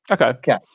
Okay